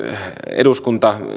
eduskunta